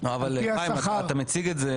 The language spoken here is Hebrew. -- אבל חיים, אתה מציג את זה